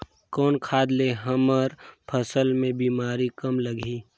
कौन खाद ले हमर फसल मे बीमारी कम लगही?